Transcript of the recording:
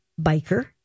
biker